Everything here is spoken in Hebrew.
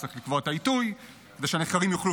וצריך לקבוע את העיתוי כדי שהנחקרים יוכלו